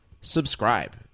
subscribe